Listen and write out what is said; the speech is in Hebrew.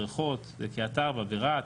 בריכות בקריית ארבע ורהט,